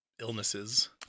illnesses